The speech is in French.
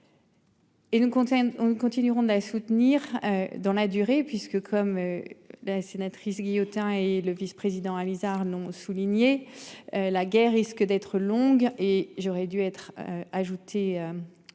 Continueront de la soutenir dans la durée puisque comme. La sénatrice Guillotin et le vice-président Alizard ont souligné. La guerre risque d'être longue et j'aurais dû être. Ajouté. Pour